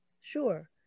Sure